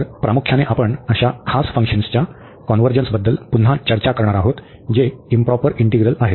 तर प्रामुख्याने आपण अशा खास फंक्शन्सच्या कॉन्व्हर्जन्सबद्दल पुन्हा चर्चा करणार आहोत जे इंप्रॉपर इंटीग्रल आहेत